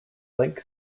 link